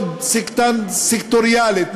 מאוד סקטוריאלית,